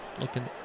looking